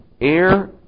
air